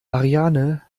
ariane